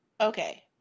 Okay